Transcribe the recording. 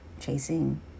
chasing